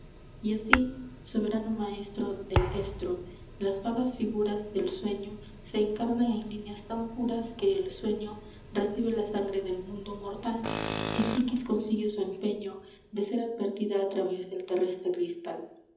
y así soberano maestro del estro las vagas figuras del sueño se encarnan en líneas tan puras que el sueño recibe la sangre del mundo mortal y psiquis consigue su empeño de ser advertida a través del terrestre cristal